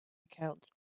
account